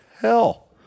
hell